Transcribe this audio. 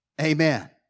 Amen